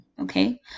okay